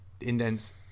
indents